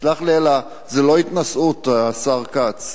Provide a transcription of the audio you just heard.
סלח לי, זאת לא התנשאות, השר כץ.